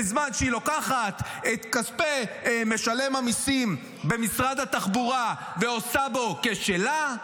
בזמן שהיא לוקחת את כספי משלם המיסים במשרד התחבורה ועושה בהם כשלה,